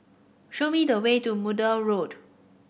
show me the way to Maude Road